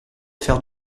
faire